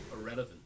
irrelevant